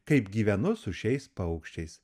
kaip gyvenu su šiais paukščiais